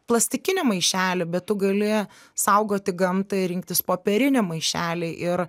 plastikinį maišelį bet tu gali saugoti gamtą ir rinktis popierinį maišelį ir